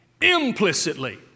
Implicitly